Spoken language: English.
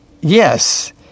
yes